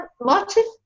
Martin